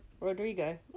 Rodrigo